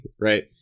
Right